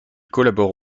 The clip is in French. collabore